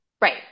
Right